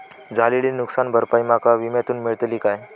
झालेली नुकसान भरपाई माका विम्यातून मेळतली काय?